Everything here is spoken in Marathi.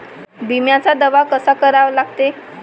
बिम्याचा दावा कसा करा लागते?